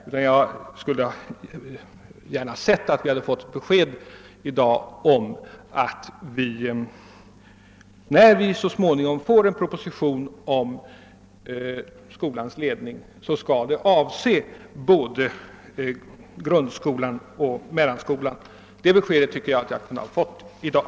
Men jag hade mycket gärna sett att vi i dag fått besked om när vi skall få en proposition om skolans ledning, och jag hoppas att den då kommer att avse både grundskola och mellanskola. Det beskedet tycker jag att jag hade kunnat få i dag.